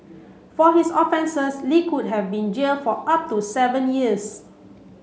for his offences Li could have been jailed for up to seven years